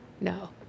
no